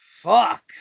Fuck